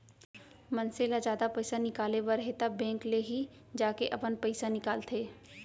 मनसे ल जादा पइसा निकाले बर हे त बेंक ले ही जाके अपन पइसा निकालंथे